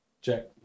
Check